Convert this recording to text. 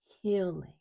healing